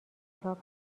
کتاب